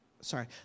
sorry